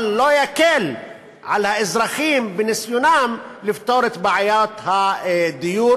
אבל זה לא יקל על האזרחים בניסיונם לפתור את בעיית הדיור